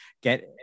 get